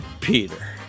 Peter